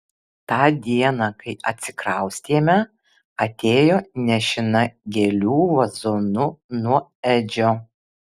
tą dieną kai atsikraustėme atėjo nešina gėlių vazonu nuo edžio